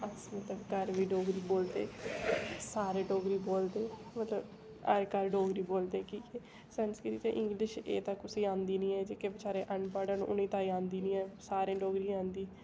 अस मतलब घर बी डोगरी बोलदे सारे डोगरी बोलदे मतलब हर घर डोगरी बोलदे कि के संस्कृत ते इंग्लिश एह् ते कुसै औंदी नि ऐ जेह्के बचैरे अनपढ़ न उ'नें ते एह् आंदी नी ऐ सारें गी डोगरी आंदी